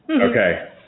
Okay